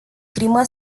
crimă